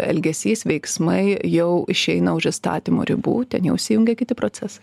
elgesys veiksmai jau išeina už įstatymo ribų ten jau įsijungia kiti procesai